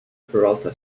peralta